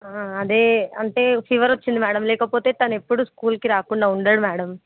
అదే అంటే ఫీవర్ వచ్చింది మ్యాడమ్ లేకపోతే తను ఎప్పుడు స్కూల్కి రాకుండా ఉండడు మ్యాడమ్